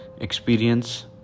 experience